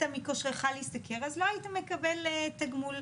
מכושרך להשתכר אז לא היית מקבל תגמול,